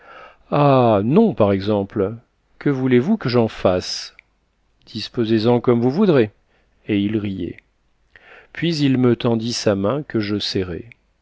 ah non par exemple que voulez-vous que j'en fasse disposez en comme vous voudrez et il riait puis il me tendit sa main que je serrai